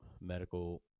medical